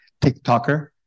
TikToker